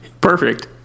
perfect